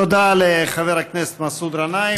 תודה לחבר הכנסת מסעוד גנאים.